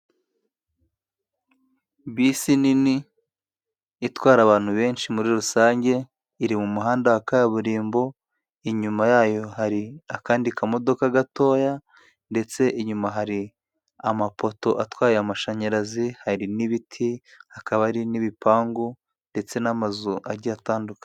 Bisi nini itwara abantu benshi muri rusange iri mu muhanda wa kaburimbo, inyuma yayo hari akandi kamodoka gatoya, ndetse inyuma hari amapoto atwaye amashanyarazi hari n'ibiti, hakaba hari n'ibipangu ndetse n'amazu agiye atandukanye.